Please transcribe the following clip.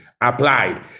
applied